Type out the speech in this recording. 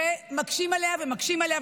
ומקשים עליה ומקשים עליה,